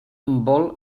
vol